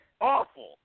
awful